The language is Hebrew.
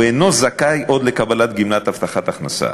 הוא אינו זכאי עוד לקבלת גמלת הבטחת הכנסה,